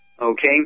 okay